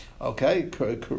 okay